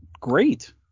great